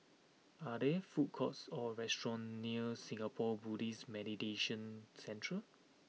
are there food courts or restaurants near Singapore Buddhist Meditation Centre